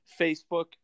facebook